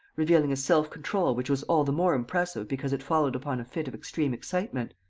revealing a self-control which was all the more impressive because it followed upon a fit of extreme excitement,